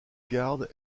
garde